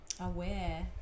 aware